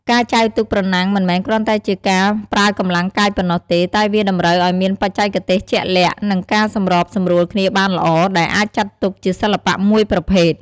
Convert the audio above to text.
ការចែវទូកប្រណាំងមិនមែនគ្រាន់តែជាការប្រើកម្លាំងកាយប៉ុណ្ណោះទេ តែវាតម្រូវឱ្យមានបច្ចេកទេសជាក់លាក់ និងការសម្របសម្រួលគ្នាបានល្អ ដែលអាចចាត់ទុកជាសិល្បៈមួយប្រភេទ។